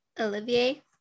Olivier